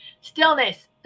Stillness